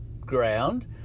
ground